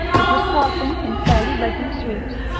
it was passing, in fairly regular sweeps,